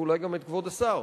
ואולי גם את כבוד השר.